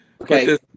Okay